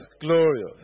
glorious